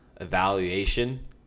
evaluation